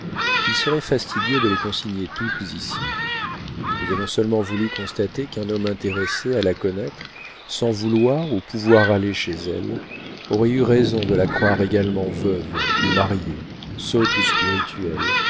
qu'il serait fastidieux de les consigner toutes ici nous avons seulement voulu constater qu'un homme intéressé à la connaître sans vouloir ou pouvoir aller chez elle aurait eu raison de la croire également veuve ou mariée sotte ou spirituelle